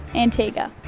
antigua.